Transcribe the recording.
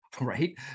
Right